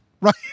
Right